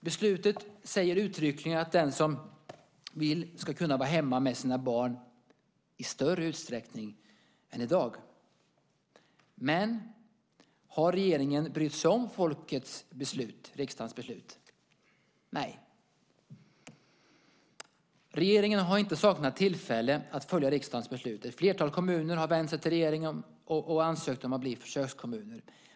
Beslutet säger uttryckligen att den som vill ska kunna vara hemma med sina barn i större utsträckning än i dag. Men har regeringen brytt sig om folkets och riksdagens beslut? Nej. Regeringen har inte saknat tillfälle att följa riksdagens beslut. Ett flertal kommuner har vänt sig till regeringen och ansökt om att bli försökskommuner.